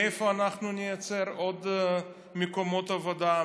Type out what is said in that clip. מאיפה אנחנו נייצר עוד מקומות עבודה,